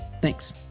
Thanks